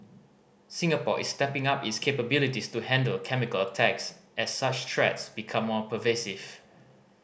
Singapore is stepping up its capabilities to handle chemical attacks as such threats become more pervasive